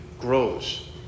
grows